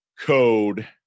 code